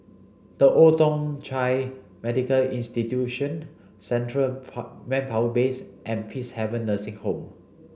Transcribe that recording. The Old Thong Chai Medical Institution Central Manpower Base and Peacehaven Nursing Home